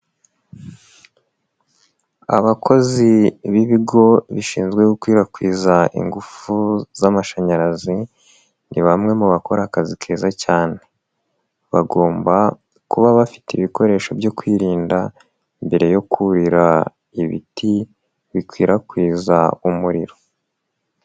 Abakozi b'ibigo bishinzwe gukwirakwiza ingufu z'amashanyarazi, ni bamwe mu bakora akazi keza cyane. Bagomba kuba bafite ibikoresho byo kwirinda mbere yo kurira ibiti bikwirakwiza umuriro.